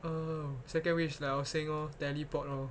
oh second wish like I was saying lor teleport lor